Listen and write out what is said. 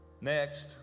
next